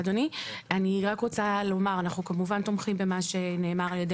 אנחנו כמובן תומכים במה שנאמר על ידי